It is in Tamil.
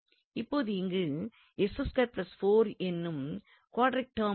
இப்போது இங்கு என்னும் குவாட்ரிக் டெர்ம் உள்ளது